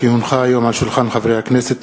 כי הונחה היום על שולחן הכנסת,